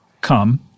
Come